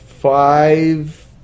Five